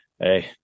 Hey